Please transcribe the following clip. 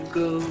go